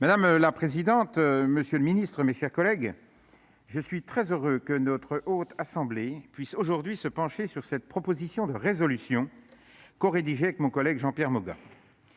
Madame la présidente, monsieur le ministre, mes chers collègues, je suis très heureux que notre Haute Assemblée puisse aujourd'hui se pencher sur cette proposition de résolution, rédigée avec mon collègue Jean-Pierre Moga.